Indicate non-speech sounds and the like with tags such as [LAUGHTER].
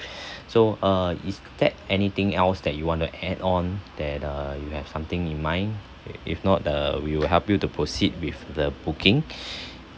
[BREATH] so uh is that anything else that you want to add on that uh you have something in mind if if not uh we will help you to proceed with the booking [BREATH]